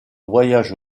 voyage